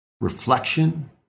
reflection